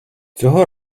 цього